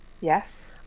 Yes